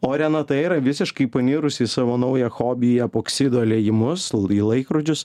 o renata yra visiškai panirusi į savo naują hobį į epoksido liejimus į laikrodžius